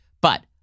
but-